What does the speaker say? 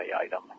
item